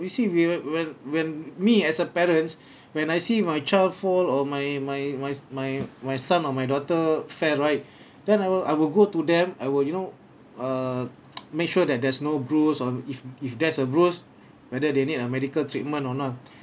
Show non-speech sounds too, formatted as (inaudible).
we see we're when when me as a parents when I see my child fall or my my my my my son or my daughter fell right (breath) then I will I will go to them I will you know err (noise) make sure that there's no bruise on if if there's a bruise whether they need a medical treatment or not